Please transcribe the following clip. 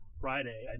Friday